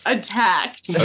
Attacked